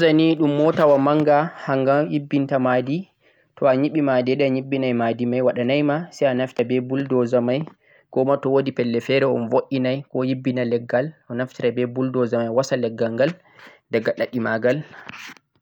bulldozer ni don mota wa manga kangha on yibbinta mahdi to'a nyibi mahdi den yibinan mahdi mai wadanai ma sai a naftira beh bulldozer mai koma to wodi pellel fere on vo'inai ko yibbinan leggal o naftira beh bulldozer mai wasa leggal mai daga dadi maghal